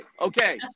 Okay